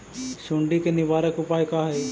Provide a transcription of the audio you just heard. सुंडी के निवारक उपाय का हई?